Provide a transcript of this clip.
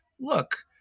look